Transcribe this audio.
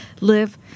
live